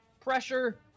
pressure